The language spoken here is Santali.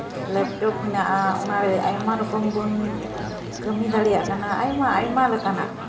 ᱞᱮᱯᱴᱚᱯ ᱦᱮᱱᱟᱜᱼᱟ ᱚᱱᱟ ᱨᱮ ᱟᱭᱢᱟ ᱨᱚᱠᱚᱢ ᱵᱚᱱ ᱠᱟᱹᱢᱤ ᱫᱟᱲᱮᱭᱟᱜ ᱠᱟᱱᱟ ᱟᱭᱢᱟ ᱟᱭᱢᱟ ᱞᱮᱠᱟᱱᱟᱜ